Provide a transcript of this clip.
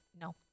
No